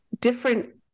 different